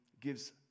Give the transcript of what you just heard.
gives